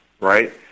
right